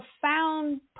profound